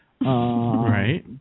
Right